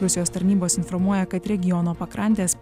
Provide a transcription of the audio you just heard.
rusijos tarnybos informuoja kad regiono pakrantes